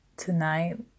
Tonight